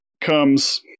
comes